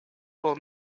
will